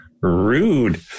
Rude